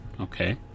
Okay